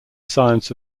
science